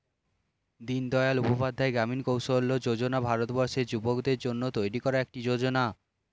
দিনদয়াল উপাধ্যায় গ্রামীণ কৌশল্য যোজনা ভারতবর্ষের যুবকদের জন্য তৈরি একটি যোজনা